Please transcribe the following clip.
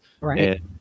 right